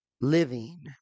living